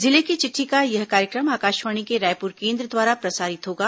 जिले की चिट्ठी का यह कार्यक्रम आकाशवाणी के रायपुर केंद्र द्वारा प्रसारित होगा